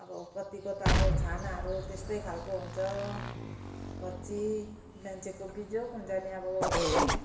अब कतिको त अब छानाहरू त्यस्तै खाले हुन्छ कच्ची मान्छेको बिजोग हुन्छ नि अब